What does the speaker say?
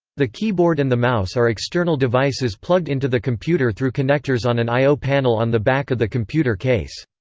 the keyboard and the mouse are external devices plugged into the computer through connectors on an i o panel on the back of the computer case.